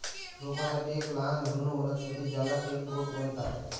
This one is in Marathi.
रोपांसाठी एक लहान भ्रूण वनस्पती ज्याला सीड कोट म्हणतात